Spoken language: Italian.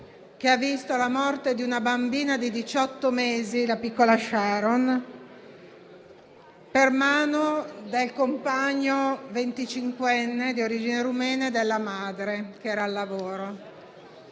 ha visto la morte di una bambina di diciotto mesi, la piccola Sharon, per mano del compagno venticinquenne di origine rumena della madre, che era al lavoro.